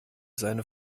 seine